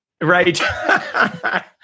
Right